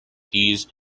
these